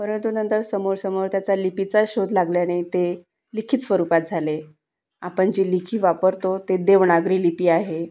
परंतु नंतर समोरसमोर त्याचा लिपीचा शोध लागल्याने ते लिखित स्वरूपात झाले आपण जी लिखी वापरतो ते देवनागरी लिपी आहे